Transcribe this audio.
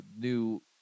New